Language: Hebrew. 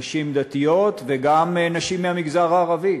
נשים דתיות וגם נשים מהמגזר הערבי.